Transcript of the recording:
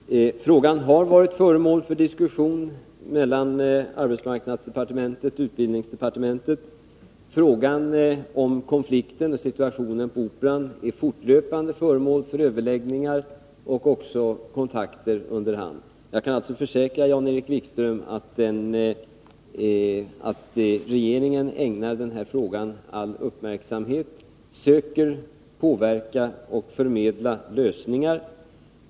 Herr talman! Frågan har varit föremål för diskussion mellan arbetsmarknadsdepartementet och utbildningsdepartementet. Frågan om situationen på Operan är fortlöpande föremål för överläggningar och även kontakter under hand. Jag kan alltså försäkra Jan-Erik Wikström att regeringen ägnar den här frågan all uppmärksamhet och söker påverka och förmedla lösningar.